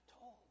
told